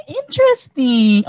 interesting